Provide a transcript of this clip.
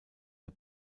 der